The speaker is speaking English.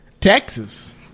Texas